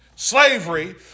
Slavery